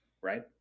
Right